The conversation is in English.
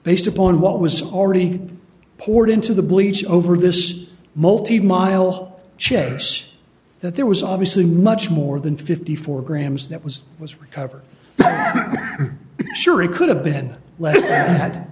based upon what was already poured into the bleach over this multi mile chase that there was obviously much more than fifty four grams that was was recovered i am sure it could have been l